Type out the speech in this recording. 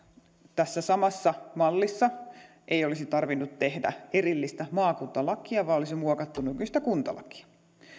tässä samassa mallissa ei olisi tarvinnut tehdä erillistä maakuntalakia vaan olisi muokattu nykyistä kuntalakia